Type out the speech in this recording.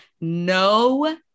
no